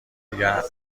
دیگر